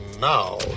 now